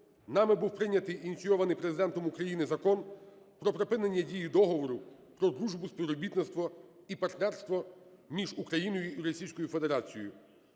нами був прийнятий ініційований Президентом України Закон "Про припинення дії Договору про дружбу, співробітництво і партнерство між Україною і Російською Федерацією".